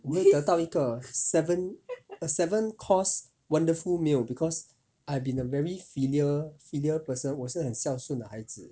我会得到一个 seven a seven course wonderful meal because I've been a very filial filial person 我是很孝顺的孩子